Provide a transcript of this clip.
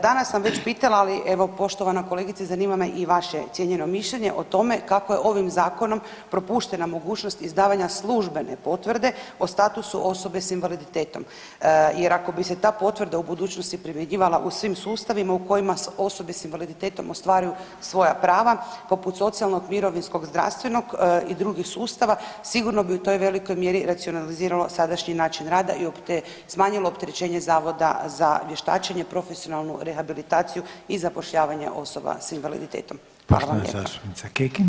Danas sam već pitala, ali evo poštovana kolegice zanima me i vaše cijenjeno mišljenje o tome kako je ovim zakonom propuštena mogućnost izdavanja službene potvrde o statusu osobe s invaliditetom jer ako bi se ta potvrda u budućnosti primjenjivala u svim sustavima u kojima osobe s invaliditetom ostvaruju svoja prava poput socijalnog, mirovinskog, zdravstvenog i drugih sustava sigurno bi u toj velikoj mjeri racionalizirano sadašnji način rada i smanjilo opterećenje Zavoda za vještačenje, profesionalnu rehabilitaciju i zapošljavanje osoba s invaliditetom.